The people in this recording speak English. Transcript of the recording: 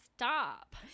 stop